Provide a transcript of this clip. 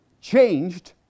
changed